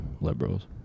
liberals